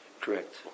Correct